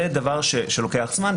זה דבר שלוקח זמן.